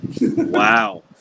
Wow